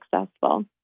successful